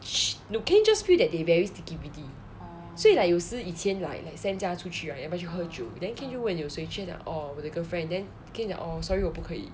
sh~ no kain just feel that they're very sticky bitty 所以 like 有时以前 like like sam 叫他出去啊要不要去喝酒 then kain 就问有谁去他讲 oh 我的 girlfriend then kain 讲 oh sorry 我不可以